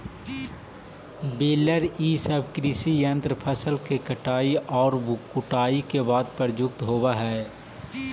baler इ सब कृषि यन्त्र फसल के कटाई औउर कुटाई के बाद प्रयुक्त होवऽ हई